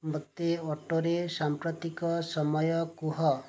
ମୋତେ ଅଟୋରେ ସାମ୍ପ୍ରତିକ ସମୟ କୁହ